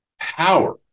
power